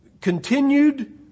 continued